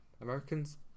Americans